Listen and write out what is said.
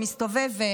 שמסתובב,